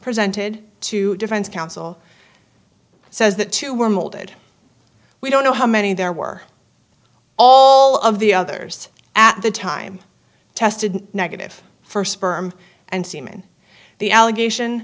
presented to defense counsel says that two were molded we don't know how many there were all of the others at the time tested negative for sperm and semen the allegation